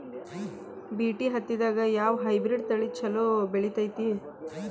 BT ಹತ್ತಿದಾಗ ಯಾವ hybrid ತಳಿ ಛಲೋ ಬೆಳಿತೈತಿ?